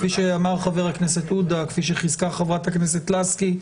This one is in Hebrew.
כפי שאמר חה"כ עודה וחיזקה חה"כ לסקי,